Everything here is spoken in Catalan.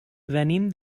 venim